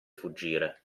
fuggire